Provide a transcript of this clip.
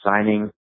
signing